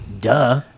duh